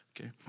okay